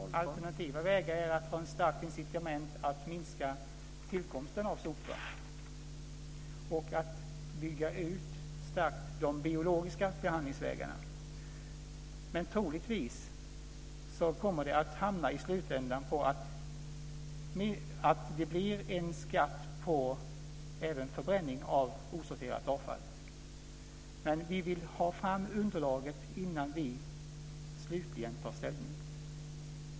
Herr talman! Alternativa vägar är att få starka incitament för att minska tillkomsten av sopor och att bygga ut starkt de biologiska behandlingsvägarna. Men troligtvis kommer det att hamna i slutändan i att det blir en skatt på även förbränning av osorterat avfall. Men vi vill få fram underlaget innan vi slutligen tar ställning.